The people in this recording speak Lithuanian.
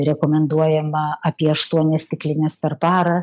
rekomenduojama apie aštuonias stiklines per parą